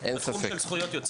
אין ספק שאנחנו